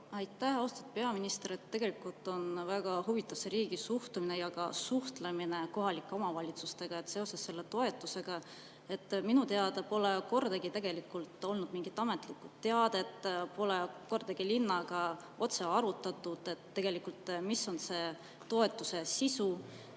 Aitäh! Austatud peaminister! Tegelikult on väga huvitav see riigi suhtumine ja ka suhtlemine kohalike omavalitsustega seoses selle toetusega. Minu teada pole kordagi olnud mingit ametlikku teadet, pole kordagi linnaga otse arutatud, mis on toetuse sisu.